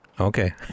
Okay